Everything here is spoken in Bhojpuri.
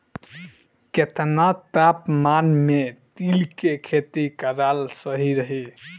केतना तापमान मे तिल के खेती कराल सही रही?